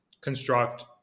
construct